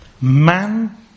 man